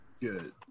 Good